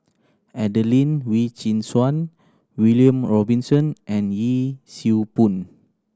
Adelene Wee Chin Suan William Robinson and Yee Siew Pun